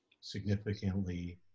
significantly